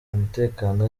umutekano